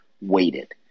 waited